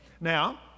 Now